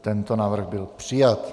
Tento návrh byl přijat.